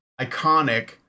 iconic